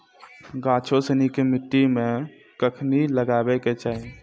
गाछो सिनी के मट्टी मे कखनी लगाबै के चाहि?